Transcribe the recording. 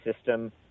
system